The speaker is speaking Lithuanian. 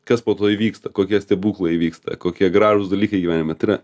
kas po to įvyksta kokie stebuklai įvyksta kokie gražūs dalykai gyvenime tai yra